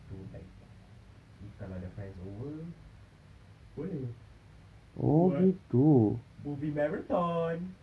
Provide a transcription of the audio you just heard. to like if kalau ada friends over boleh buat movie marathon